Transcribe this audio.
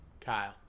Kyle